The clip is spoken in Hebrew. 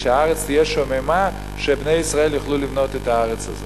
הארץ תהיה שוממה כדי שבני ישראל יוכלו לבנות את הארץ הזאת.